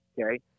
Okay